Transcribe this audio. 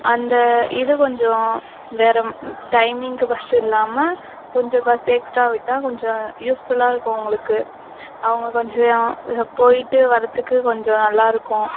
அந்த இது கொஞ்சம் வேறு டைமிங்க்கு பஸ் இல்லாமல் கொஞ்ச பஸ் எக்ஸ்ட்ரா விட்டால் கொஞ்சம் யூஸ்ஃபுல்லாக இருக்கும் உங்களுக்கு அவங்க கொஞ்சம் போயிவிட்டு வரத்துக்கு கொஞ்சம் நல்லாயிருக்கும்